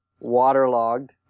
waterlogged